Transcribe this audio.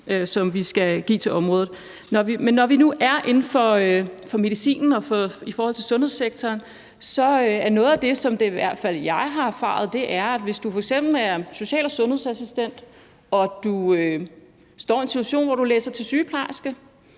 vi skal give til området. Men når vi nu er inden for medicin og i forhold til sundhedssektoren, er noget af det, jeg i hvert fald har erfaret, at hvis du f.eks. er social- og sundhedsassistent og står i en situation, hvor du læser til sygeplejerske